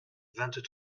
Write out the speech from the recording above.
vingt